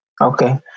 Okay